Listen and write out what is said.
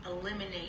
eliminate